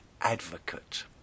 advocate